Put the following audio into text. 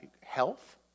health